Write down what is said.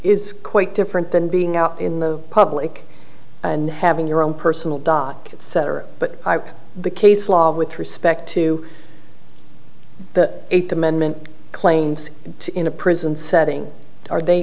s quite different than being out in the public and having your own personal doc etc but the case law with respect to the eighth amendment claims in a prison setting are they